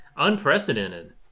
Unprecedented